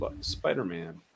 Spider-Man